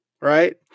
right